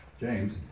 James